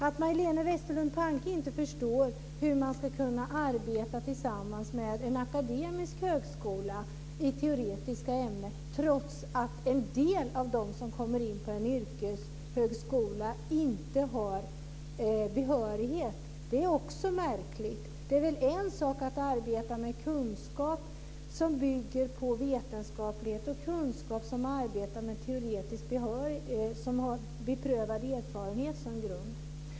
Att Majléne Westerlund Panke inte förstår hur man ska kunna arbeta tillsammans med en akademisk högskola i teoretiska ämnen trots att en del av dem som kommer in på en yrkeshögskola inte har behörighet är också märkligt. Det handlar ju om att arbeta med kunskap som bygger på vetenskaplighet och om att arbeta med kunskap som har beprövad erfarenhet som grund.